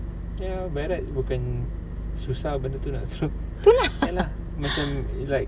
tu lah